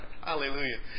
Hallelujah